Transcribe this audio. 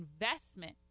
investment